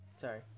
Sorry